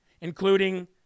including